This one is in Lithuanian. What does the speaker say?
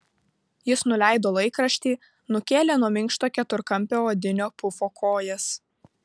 jis nuleido laikraštį nukėlė nuo minkšto keturkampio odinio pufo kojas